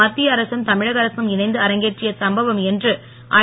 மத்திய அரசும் தமிழக அரசும் இணைந்து அரங்கேற்றிய சம்பவம் என்று ஐ